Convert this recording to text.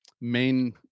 main